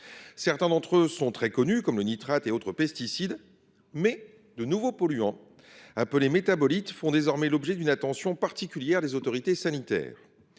Certains d’entre eux, comme le nitrate et autres pesticides, sont très connus, mais de nouveaux polluants, appelés métabolites, font désormais l’objet d’une attention particulière des autorités sanitaires.